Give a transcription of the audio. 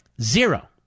zero